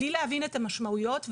בלי להבין את המשמעויות,